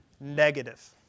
negative